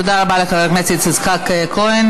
תודה רבה לחבר הכנסת יצחק כהן.